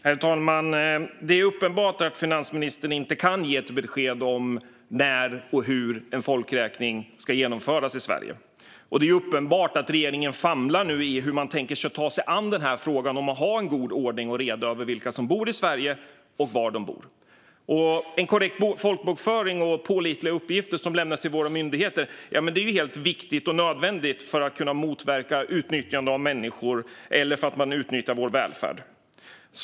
Herr talman! Det är uppenbart att finansministern inte kan ge ett besked om när och hur en folkräkning ska genomföras i Sverige. Det är också uppenbart att regeringen nu famlar i hur man tänker ta sig an frågan om att ha en god ordning och reda när det gäller vilka som bor i Sverige och var de bor. En korrekt folkbokföring och pålitliga uppgifter som lämnas till våra myndigheter är viktigt och helt nödvändigt för att kunna motverka utnyttjande av människor eller att man utnyttjar vår välfärd.